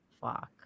Fuck